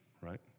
right